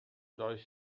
does